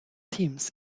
teams